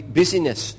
busyness